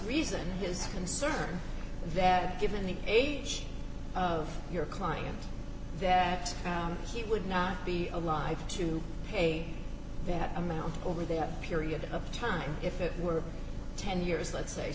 reason is uncertain that given the age of your client that he would not be alive to pay that amount over there period of time if it were ten years let's say